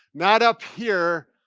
not up here.